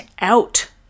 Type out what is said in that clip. out